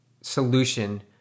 solution